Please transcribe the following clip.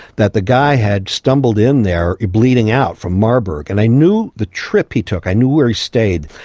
that the guy had stumbled in there bleeding out from marburg. and i knew the trip he took, i knew where he stayed,